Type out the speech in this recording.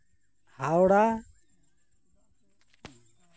Howrah